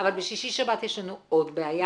אבל בשישי שבת יש לנו עוד בעיה,